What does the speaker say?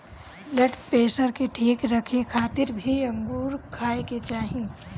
blood pressure के ठीक रखे खातिर भी अंगूर खाए के चाही